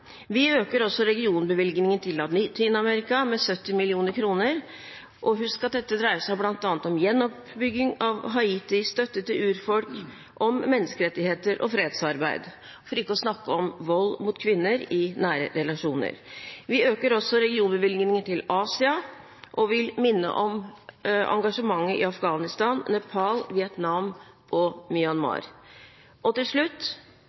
Vi øker også regionbevilgningen til Latin-Amerika med 70 mill. kr. Husk at dette dreier seg bl.a. om gjenoppbygging av Haiti, støtte til urfolk, om menneskerettigheter og fredsarbeid, for ikke å snakke om vold mot kvinner i nære relasjoner. Vi øker også regionbevilgningen til Asia og vil minne om engasjementet i Afghanistan, Nepal, Vietnam og Myanmar. Til slutt: